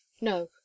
No